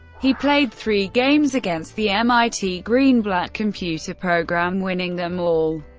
he played three games against the mit greenblatt computer program, winning them all.